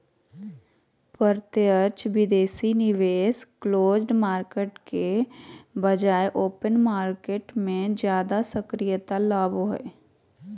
प्रत्यक्ष विदेशी निवेश क्लोज्ड मार्केट के बजाय ओपन मार्केट मे ज्यादा सक्रियता लाबो हय